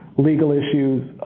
legal issues,